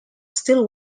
still